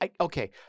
okay